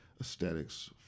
aesthetics